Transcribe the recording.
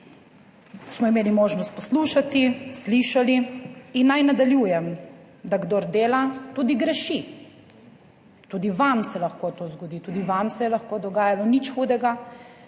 Smo imeli možnost poslušati, slišali in naj nadaljujem, da kdor dela, tudi greši. Tudi vam se lahko to zgodi, tudi vam se je lahko dogajalo, nič hudega,